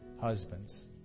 Husbands